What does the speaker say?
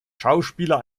schauspieler